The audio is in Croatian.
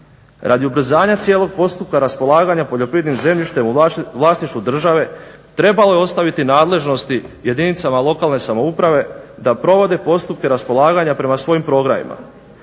Radi ubrzanja cijelog postupka raspolaganja poljoprivrednim zemljištem u vlasništvu države trebalo je ostaviti nadležnosti jedinicama lokalne samouprave da provode postupke raspolaganja prema svojim programima,